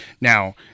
now